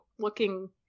Looking